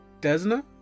Desna